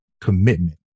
commitment